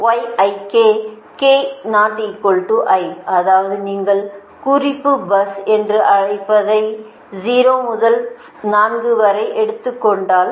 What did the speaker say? பொதுவாக அதாவது நீங்கள் குறிப்பு பஸ் என்று அழைப்பதை 0 முதல் 4 வரை எடுத்துக்கொண்டால்